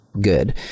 good